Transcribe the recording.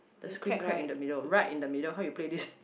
the screen crack in the middle right in the middle how you play this